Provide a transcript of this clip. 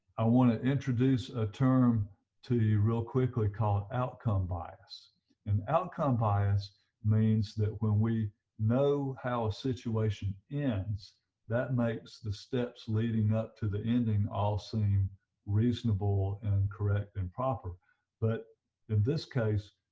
i want to introduce a term to you real quickly called outcome bias and outcome bias means that when we know how a situation ends that makes the steps leading up to the ending all seem reasonable and correct and proper but in this case